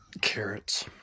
Carrots